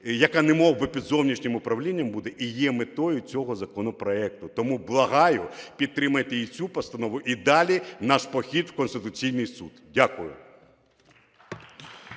яка немов би під зовнішнім управлінням буде, і є метою цього законопроекту. Тому благаю підтримайте і цю постанову, і далі наш похід в Конституційний Суд. Дякую.